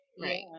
right